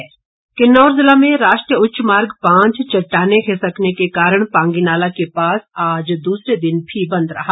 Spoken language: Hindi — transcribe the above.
एनएच किन्नौर जिला में राष्ट्रीय उच्च मार्ग पांच चट्टाने खिसकने के कारण पांगी नाला के पास आज दूसरे दिन भी बंद रहा